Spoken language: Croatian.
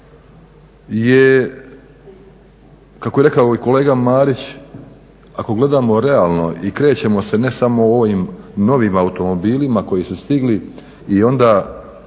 je kako je rekao kolega Marić, ako gledamo realno i krećemo se ne samo u ovim novim automobilima koji su stigli i onda